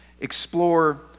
explore